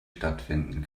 stattfinden